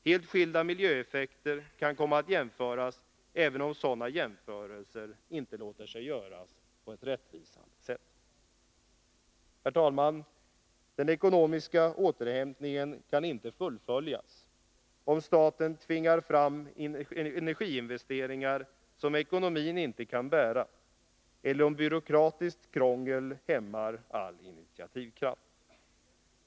Helt skilda miljöeffekter kan komma att jämföras, även om sådana jämförelser inte låter sig göras på ett rättvisande sätt. Herr talman! Den ekonomiska återhämtningen kan inte fullföljas om staten tvingar fram energiinvesteringar som ekonomin inte kan bära eller om byråkratiskt krångel hämmar all initiativkraft.